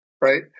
right